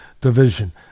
Division